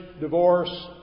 divorce